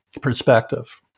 perspective